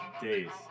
days